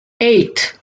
eight